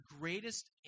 greatest